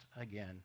again